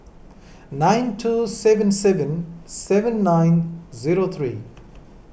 nine two seven seven seven nine zero three